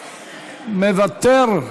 מוותר,